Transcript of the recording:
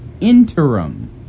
interim